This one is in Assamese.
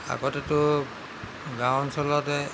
আগতেতো গাঁও অঞ্চলতে